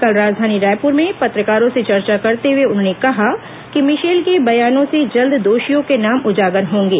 कल राजधानी रायपूर में पत्रकारों से चर्चा करते हुए उन्होंने कहा कि मिशेल के बयानों से जल्द दोषियों के नाम उजागर होंगे